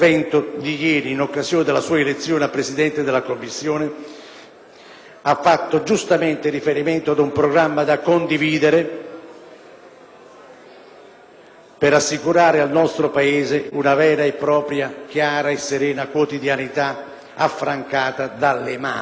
ha fatto giustamente riferimento ad un programma da condividere per assicurare al nostro Paese una vera e propria chiara e serena quotidianità affrancata dalle mafie. Se ho ben interpretato il pensiero